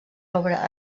obra